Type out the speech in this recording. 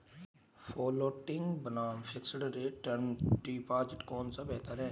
Floating बनाम fixed rate term deposit कौन सा बेहतर है?